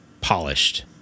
polished